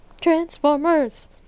transformers